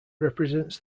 represents